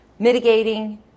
Mitigating